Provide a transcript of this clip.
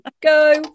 go